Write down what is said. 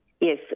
Yes